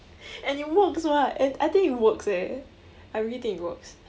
and it works [what] and I think it works eh I really think it works